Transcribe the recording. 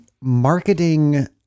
marketing